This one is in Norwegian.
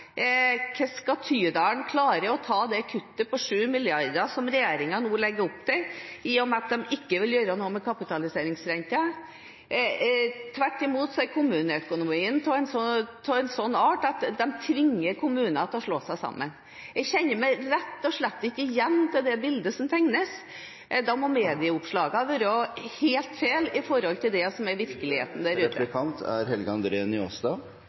skal Tydal klare å ta det kuttet på 7 mill. kr som regjeringen nå legger opp til, i og med at de ikke vil gjøre noe med kapitaliseringsrenten? Tvert imot er kommuneøkonomien av en slik art at de tvinger kommuner til å slå seg sammen. Jeg kjenner meg rett og slett ikke igjen i det bildet som tegnes. Da må medieoppslagene være helt feil i forhold til det som er virkeligheten der ute. Avisoppslaga i desember er